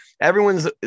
Everyone's